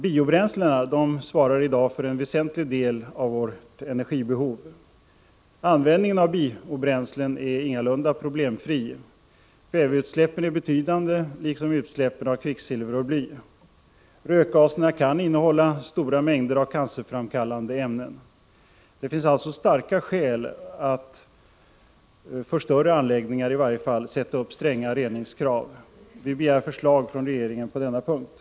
Biobränslen svarar i dag för väsentlig del av vårt energibehov. Användningen av biobränslen är ingalunda problemfri. Kväveutsläppen är betydande liksom utsläppen av kvicksilver och bly. Rökgaserna kan innehålla stora mängder av cancerframkallande ämnen. Det finns alltså starka skäl att i varje fall för större anläggningar sätta upp stränga reningskrav. Vi begär förslag från regeringen på denna punkt.